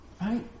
Right